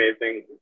amazing